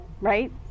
right